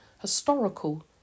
historical